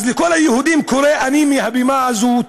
אז לכל היהודים אני קורא מהבמה הזאת